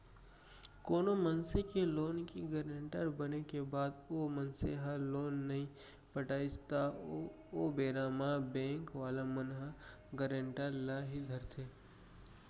कोनो मनसे के लोन के गारेंटर बने के बाद ओ मनसे ह लोन नइ पटाइस त ओ बेरा म बेंक वाले मन ह गारेंटर ल ही धरथे